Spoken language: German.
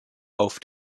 auf